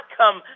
come